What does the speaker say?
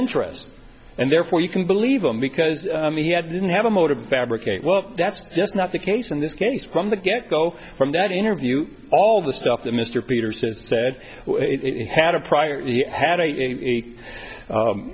interest and therefore you can believe him because he had didn't have a motive fabricate well that's just not the case in this case from the get go from that interview all the stuff that mr peterson said had a prior h